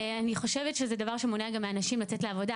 אני חושבת שזה דבר שמונע גם מאנשים לצאת לעבודה,